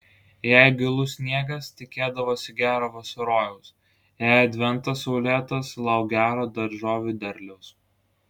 jei gilus sniegas tikėdavosi gero vasarojaus jei adventas saulėtas lauk gero daržovių derliaus